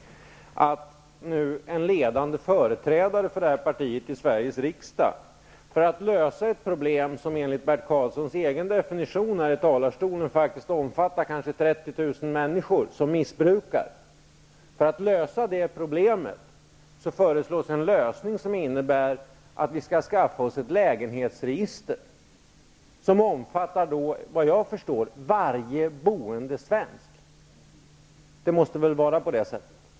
Nu föreslår en ledande företrädare för detta parti i Sveriges riksdag för att lösa ett problem, som enligt Bert Karlssons egen definition här i talarstolen kanske rör 30 000, 40 000 människor som missbrukar systemet, en lösning som innebär att vi skall skaffa oss ett lägenhetsregister som omfattar, såvitt jag förstår, varje boende svensk. Det måste väl vara på det sättet?